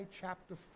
chapter